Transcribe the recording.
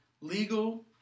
legal